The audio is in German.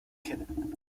kennen